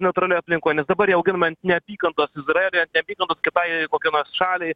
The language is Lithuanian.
natūralioj aplinkoj nes dabar jie auginami ant neapykantos izraeliui ant neapykantos kitai kokiai nors šaliai